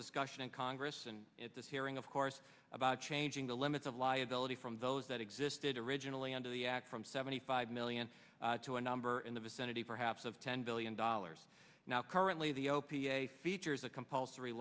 discussion in congress and at this hearing of course about changing the limits of liability from those that existed originally under the act from seventy five million to a number in the vicinity perhaps of ten billion dollars now currently the opi a features a compulsory